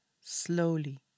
slowly